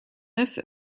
neuf